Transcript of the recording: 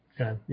okay